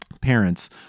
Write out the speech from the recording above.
parents